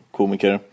komiker